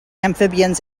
amphibians